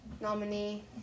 nominee